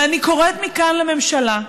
ואני קוראת מכאן לממשלה,